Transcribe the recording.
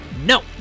No